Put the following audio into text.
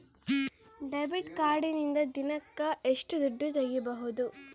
Debit ಕಾರ್ಡಿನಿಂದ ದಿನಕ್ಕ ಎಷ್ಟು ದುಡ್ಡು ತಗಿಬಹುದು?